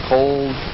Cold